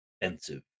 expensive